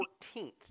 14th